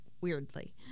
weirdly